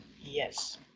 yes